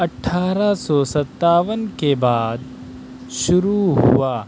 اٹھارہ سو ستاون کے بعد شروع ہوا